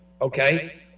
okay